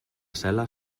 cel·la